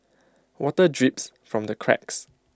water drips from the cracks